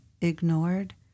ignored